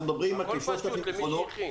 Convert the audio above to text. אנחנו מדברים על כ-3,000 מכונות.